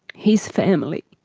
his family